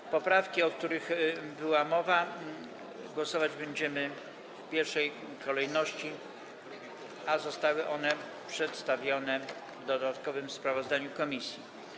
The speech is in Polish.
Nad poprawkami, o których była mowa, głosować będziemy w pierwszej kolejności, a zostały one przedstawione w dodatkowym sprawozdaniu komisji.